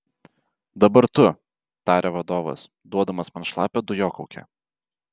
dabar tu tarė vadovas duodamas man šlapią dujokaukę